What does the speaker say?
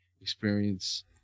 experience